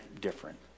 different